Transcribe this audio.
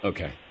Okay